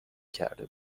کرده